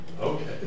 Okay